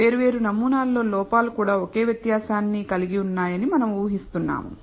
వేర్వేరు నమూనాలలో లోపాలు కూడా ఒకే వ్యత్యాసాన్ని కలిగి ఉన్నాయని మనం ఊహిస్తున్నాము